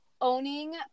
owning